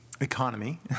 economy